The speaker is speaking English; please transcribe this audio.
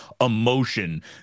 emotion